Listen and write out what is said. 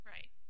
Right